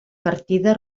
partida